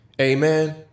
Amen